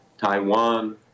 Taiwan